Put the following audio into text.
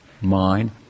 mind